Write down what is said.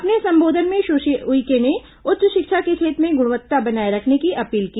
अपने संबोधन में सुश्री उइके ने उच्च शिक्षा के क्षेत्र में गुणवत्ता बनाए रखने की अपील की